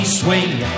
swing